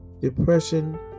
depression